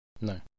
No